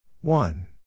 One